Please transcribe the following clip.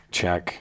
check